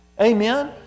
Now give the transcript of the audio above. amen